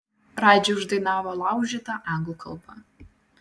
radži uždainavo laužyta anglų kalba